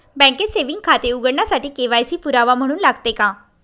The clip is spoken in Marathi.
बँकेत सेविंग खाते उघडण्यासाठी के.वाय.सी पुरावा म्हणून लागते का?